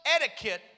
etiquette